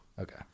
Okay